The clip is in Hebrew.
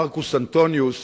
כשמרקוס אנטוניוס